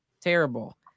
terrible